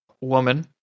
woman